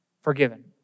forgiven